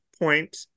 point